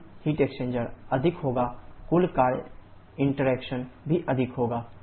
कुल heat interaction अधिक होगा कुल कार्य इंटरैक्शन भी अधिक होगा